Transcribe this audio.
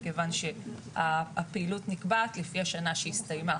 מכיוון שהפעילות נקבעת לפי השנה שהסתיימה.